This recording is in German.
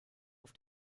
auf